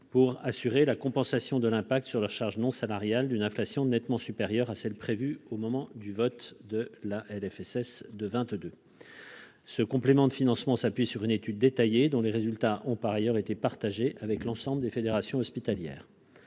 pour assurer la compensation de l'impact sur la charge non salariale d'une inflation nettement supérieure à celle qui avait été prévue lors du vote de la LFSS pour 2022. Ce complément de financement s'appuie sur une étude détaillée, dont les résultats ont par ailleurs été partagés avec l'ensemble des fédérations hospitalières.